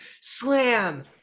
slam